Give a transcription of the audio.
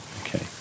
Okay